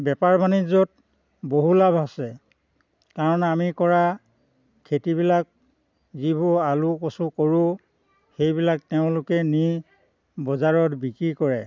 বেপাৰ বাণিজ্যত বহুত লাভ আছে কাৰণ আমি কৰা খেতিবিলাক যিবোৰ আলু কচু কৰোঁ সেইবিলাক তেওঁলোকে নি বজাৰত বিক্ৰী কৰে